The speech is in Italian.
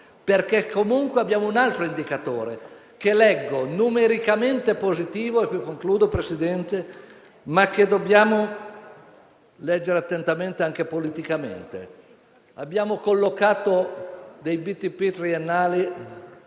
abbiamo collocato dei BTP triennali